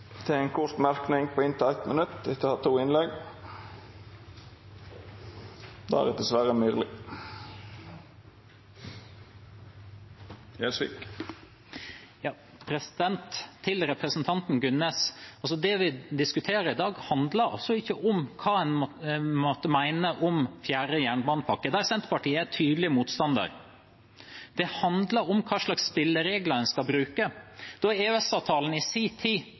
til ein kort merknad, avgrensa til 1 minutt. Til representanten Gunnes: Det vi diskuterer i dag, handler altså ikke om hva en måtte mene om fjerde jernbanepakke, der Senterpartiet er en tydelig motstander. Det handler om hva slags spilleregler en skal bruke. Da EØS-avtalen i sin tid